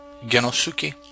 Genosuke